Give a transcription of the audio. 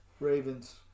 Ravens